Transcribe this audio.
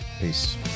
Peace